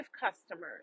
customers